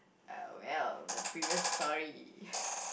uh well the previous story